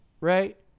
Right